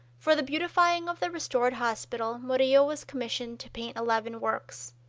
for the beautifying of the restored hospital murillo was commissioned to paint eleven works.